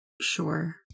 sure